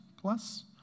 plus